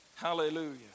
Hallelujah